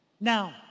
Now